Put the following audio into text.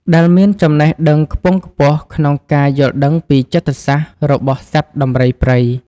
ដែលមានចំណេះដឹងខ្ពង់ខ្ពស់ក្នុងការយល់ដឹងពីចិត្តសាស្ត្ររបស់សត្វដំរីព្រៃ។